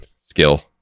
skill